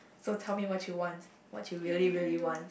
so tell me what you want what you really really want